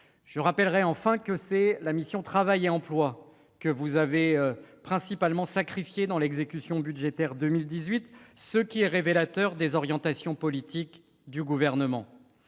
Je rappellerai enfin que c'est la mission « Travail et emploi » que vous avez sacrifiée dans l'exécution budgétaire 2018, ce qui est révélateur des orientations politiques du Gouvernement.